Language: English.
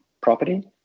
property